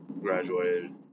Graduated